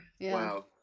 Wow